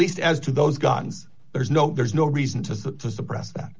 least as to those guns there's no there's no reason to suppress that